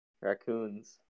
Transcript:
raccoons